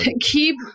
Keep